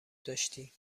داشتی